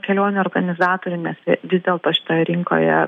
kelionių organizatorių nes vis dėlto šitoje rinkoje